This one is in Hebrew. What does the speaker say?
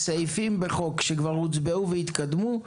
סעיפים בחוק שכבר הוצבעו והתקדמו,